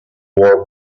war